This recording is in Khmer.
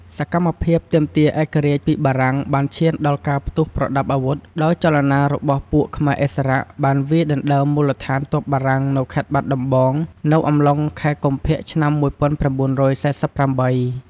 សកម្មភាពទាមទារឯករាជ្យពីបារាំងបានឈានដល់ការផ្ទុះប្រដាប់វុធ ដោយចលនារបស់ពួកខ្មែរឥស្សរៈ បានវាយដណ្ដើមមូលដ្ឋានទ័ពបារាំងនៅ ខេត្តបាត់ដំបង នៅអំឡុងខែកុម្ភៈឆ្នាំ ១៩៤៨